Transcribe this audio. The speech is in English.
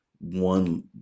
one